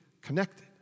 connected